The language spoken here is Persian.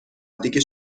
دیگه